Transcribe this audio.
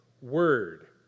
word